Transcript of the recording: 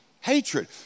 Hatred